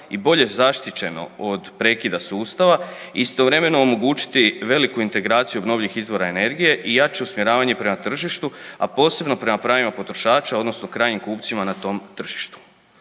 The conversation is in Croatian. i bolje zaštićeno od prekida sustava i istovremeno omogućiti veliku integraciju obnovljivih izvora energije i jače usmjeravanje prema tržištu, a posebno prema pravima potrošača odnosno krajnjim kupcima na tom tržištu.